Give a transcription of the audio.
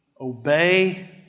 obey